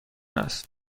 است